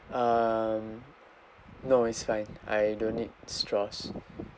um no it's fine I don't need straws